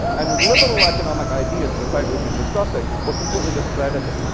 and liberal economic ideas of the type we've been discussing were completely discredited.